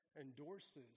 endorses